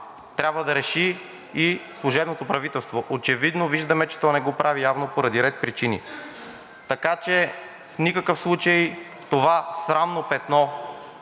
трябва да реши и служебното правителство, но очевидно виждаме, че то не го прави явно поради ред причини. Така че в никакъв случай това срамно петно,